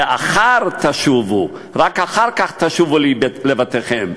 ואחר תשֻבו" רק אחר כך תשובו לבתיכם.